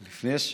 לפני,